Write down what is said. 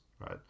right